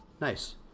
Nice